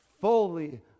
fully